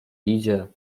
idzie